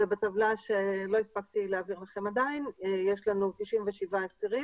בטבלה שלא הספקתי להעביר לכם עדיין יש 97 אסירים,